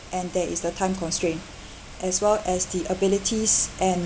and there is the time constraint as well as the abilities and